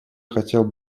хотел